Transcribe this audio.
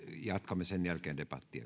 jatkamme sen jälkeen debattia